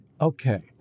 okay